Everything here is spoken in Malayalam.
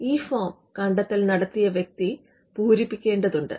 ഈ ഫോം കണ്ടെത്തൽ നടത്തിയ വ്യക്തി പൂരിപ്പിക്കേണ്ടതുണ്ട്